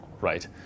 right